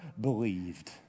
believed